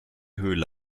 höhle